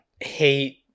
hate